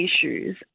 issues